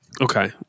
Okay